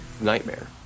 Nightmare